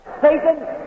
Satan